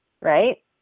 Right